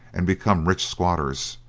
and become rich squatters.